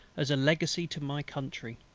as a legacy to my country.